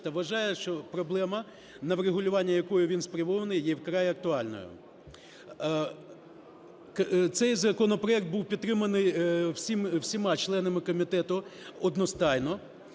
та вважає, що проблема, на врегулювання якої він спрямований, є вкрай актуальною. Цей законопроект був підтриманий всіма членами комітету одностайно.